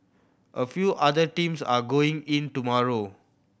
a few other teams are going in tomorrow